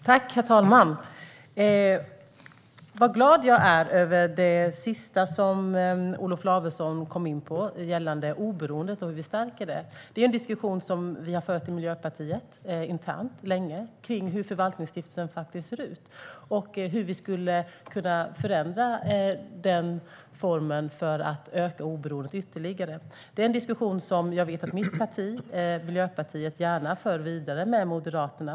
Herr talman! Vad glad jag är över det sista som Olof Lavesson kom in på gällande oberoendet och hur vi stärker det. Vi i Miljöpartiet har länge fört en diskussion internt kring hur Förvaltningsstiftelsen ser ut och hur vi skulle kunna förändra den formen för att öka oberoendet ytterligare. Det är en diskussion som jag vet att mitt parti, Miljöpartiet, gärna för vidare med Moderaterna.